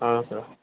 ஆ sir